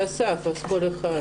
לצמצם כמה.